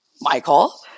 Michael